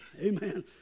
Amen